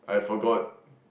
I forgot